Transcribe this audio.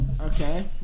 okay